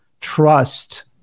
trust